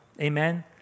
Amen